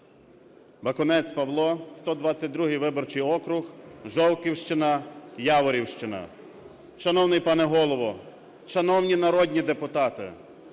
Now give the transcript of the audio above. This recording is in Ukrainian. Бакунець Павло, 122 виборчий округ, Жовківщина, Яворівщина. Шановний пане Голово, шановні народні депутати,